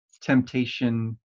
temptation